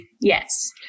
Yes